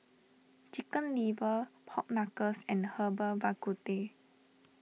Chicken Liver Pork Knuckle and Herbal Bak Ku Teh